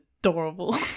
adorable